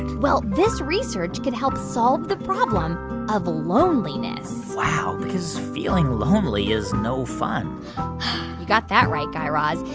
and well. this research could help solve the problem of loneliness wow. because feeling lonely is no fun you got that right, guy raz.